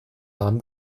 abend